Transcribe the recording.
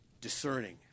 discerning